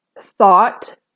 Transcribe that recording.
thought